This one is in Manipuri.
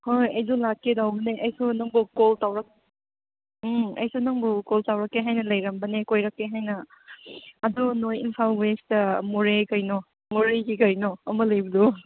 ꯍꯣꯏ ꯍꯣꯏ ꯑꯩꯁꯨ ꯂꯥꯛꯀꯦ ꯇꯧꯕꯅꯦ ꯑꯩꯁꯨ ꯅꯪꯕꯨ ꯀꯣꯜ ꯎꯝ ꯑꯩꯁꯨ ꯅꯪꯕꯨ ꯀꯣꯜ ꯇꯧꯔꯛꯀꯦ ꯍꯥꯏꯅ ꯂꯩꯔꯝꯕꯅꯦ ꯀꯣꯏꯔꯛꯀꯦ ꯍꯥꯏꯅ ꯑꯗꯨ ꯅꯣꯏ ꯏꯝꯐꯥꯜ ꯋꯦꯁꯇ ꯃꯣꯔꯦ ꯀꯩꯅꯣ ꯃꯣꯔꯦꯒꯤ ꯀꯩꯅꯣ ꯑꯃ ꯂꯩꯕꯗꯨ